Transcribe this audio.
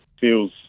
feels